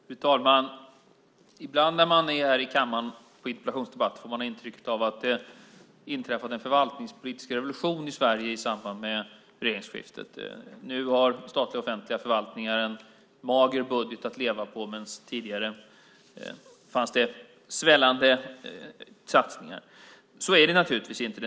Fru talman! Ibland när man är här i kammaren vid interpellationsdebatter får man intrycket att det inträffade en förvaltningspolitisk revolution i samband med regeringsskiftet. Nu har statliga offentliga förvaltningar en mager budget att leva på medan det tidigare gjordes svällande satsningar. Så är det naturligtvis inte.